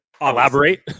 elaborate